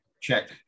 check